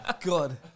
god